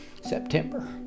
September